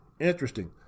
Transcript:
Interesting